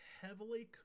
heavily